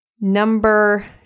Number